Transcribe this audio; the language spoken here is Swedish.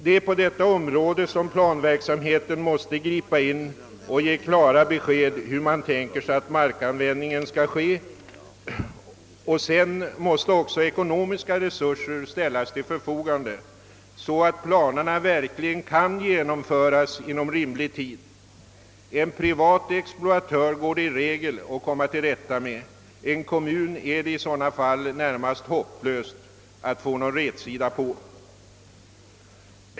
Det är på detta område som planverksamheten måste gripa in och ge klara besked om hur man tänker sig att markanvändningen skall ske. Sedan måste också ekonomiska resurser ställas till förfogande, så att planerna verkligen kan genomföras inom rimlig tid. En privat exploatör går det i regel att komma till rätta med; en kommun är det i sådana fall närmast hopplöst att få någon rätsida på.